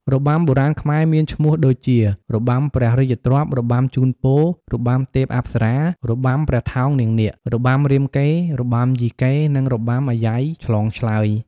របាំបុរាណខ្មែរមានឈ្មោះដូចជា របាំព្រះរាជទ្រព្យ របាំជូនពរ, របាំទេពអប្សរា, របាំព្រះថោងនាងនាគ, របាំរាមកេរ្តិ៍, របាំយីកេ និងរបាំអាយ៉ៃឆ្លងឆ្លើយ។